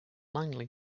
langley